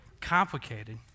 complicated